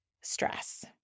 stress